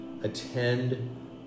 attend